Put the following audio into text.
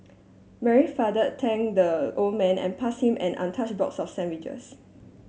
Mary's father thank the old man and pass him an box sandwiches